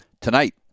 tonight